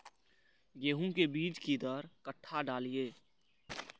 गेंहू के बीज कि दर कट्ठा डालिए?